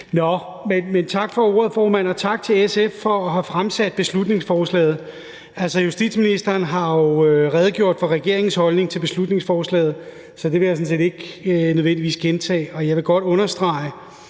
Men tak for ordet, formand, og tak til SF for at have fremsat beslutningsforslaget. Justitsministeren har jo redegjort for regeringens holdning til beslutningsforslaget, så det vil jeg sådan set ikke nødvendigvis gentage, men jeg vil godt understrege,